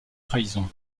trahison